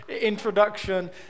introduction